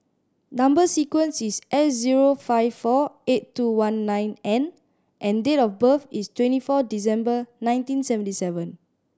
number sequence is S zero five four eight two one nine N and date of birth is twenty four December nineteen seventy seven